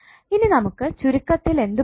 ഇനി നമുക്ക് ചുരുക്കത്തിൽ എന്തു പറയാം